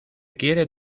quiere